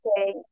Okay